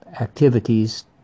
activities